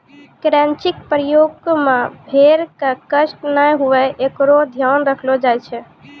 crutching प्रक्रिया मे भेड़ क कष्ट नै हुये एकरो ध्यान रखलो जाय छै